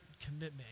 commitment